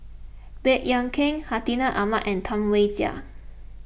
Baey Yam Keng Hartinah Ahmad and Tam Wai Jia